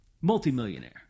multi-millionaire